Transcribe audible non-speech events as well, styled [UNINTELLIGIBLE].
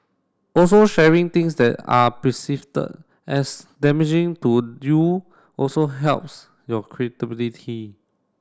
also sharing things that are [UNINTELLIGIBLE] as damaging to you also helps your credibility